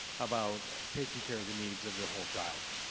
about taking care of the needs of the whole child.